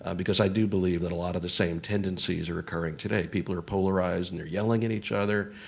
ah because i do believe that a lot of the same tendencies are occurring today. people are polarized, and they're yelling at each other.